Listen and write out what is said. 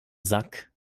sack